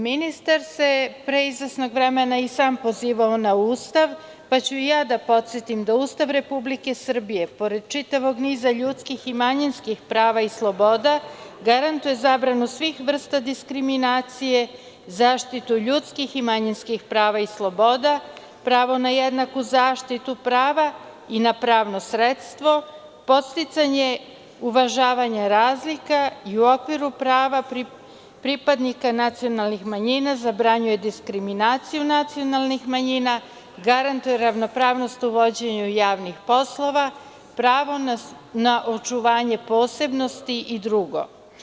Ministar se pre izvesnog vremena i sam pozivao na Ustav, pa ću i ja da podsetim da Ustav Republike Srbije, pored čitavog niza ljudskih i manjinskih prava i sloboda, garantuje zabranu svih vrsta diskriminacije, zaštitu ljudskih i manjinskih prava i sloboda, pravo na jednaku zaštitu prava i na pravno sredstvo, podsticanje uvažavanja razlika i u okviru prava pripadnika nacionalnih manjina zabranjuje diskriminaciju nacionalnih manjina, garantuje ravnopravnost u vođenju javnih poslova, pravo na očuvanje posebnosti i drugo.